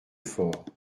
fort